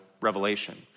revelation